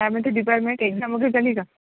काय म्हणते department exam वगैरे झाली का